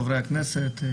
חברי הכנסת,